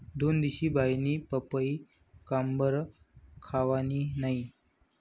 दोनदिशी बाईनी पपई काबरं खावानी नै